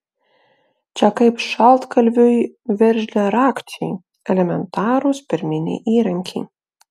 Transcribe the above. čia kaip šaltkalviui veržliarakčiai elementarūs pirminiai įrankiai